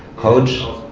coach,